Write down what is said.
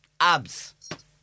Abs